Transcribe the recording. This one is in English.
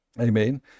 Amen